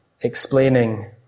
explaining